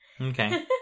okay